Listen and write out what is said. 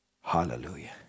Hallelujah